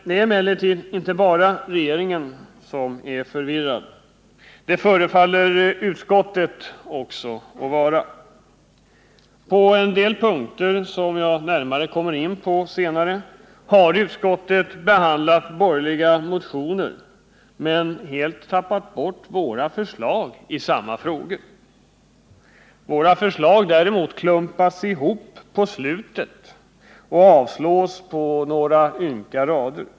Det är emellertid inte bara regeringen som är förvirrad. Också utskottet förefaller att vara det. På en del punkter, som jag närmare kommer in på senare, har utskottet behandlat borgerliga motioner men helt tappat bort våra förslag i samma frågor. Våra förslag klumpas däremot ihop på slutet och avstyrks på några ynka rader.